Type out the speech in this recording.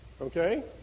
Okay